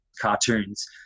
cartoons